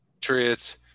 Patriots